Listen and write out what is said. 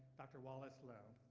dr wallace loh.